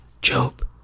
Job